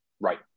Right